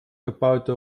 gebaute